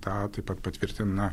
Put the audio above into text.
tą taip pat patvirtina